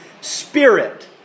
spirit